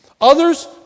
Others